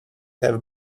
have